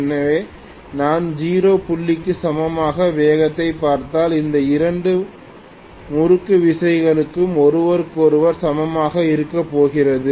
எனவே நான் 0 புள்ளிக்கு சமமான வேகத்தைப் பார்த்தால் இந்த இரண்டு முறுக்குவிசைகளும் ஒருவருக்கொருவர் சமமாக இருக்கப் போகிறது